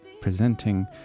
presenting